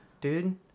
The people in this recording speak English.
dude